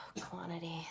Quantity